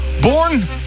Born